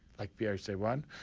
like b r c a one,